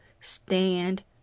stand